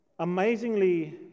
amazingly